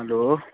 hello